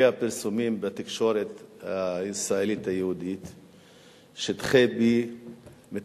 יהיו, עומק הבידוק והיקפו משתנים